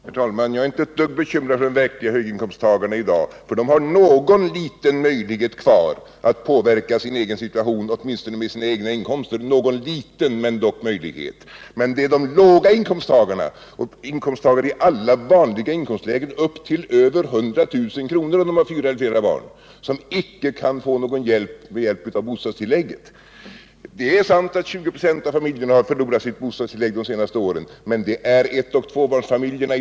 Herr talman! Jag är inte ett dugg bekymrad över de verkliga höginkomsttagarna i dag. De har någon liten möjlighet kvar att påverka sin egen situation, åtminstone med sina egna inkomster — någon liten möjlighet! Det är låginkomsttagarna och inkomsttagare i alla vanliga inkomstlägen upp till över 100 000 kr. om de har fyra eller flera barn som icke är hjälpta av en höjning av bostadstillägget. Det är sant att 20 96 av barnfamiljerna har förlorat sitt bostadstillägg under de senaste åren. Men det är enoch tvåbarnsfamiljerna.